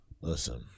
listen